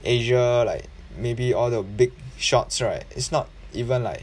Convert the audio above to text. asia like maybe all the big shots right it's not even like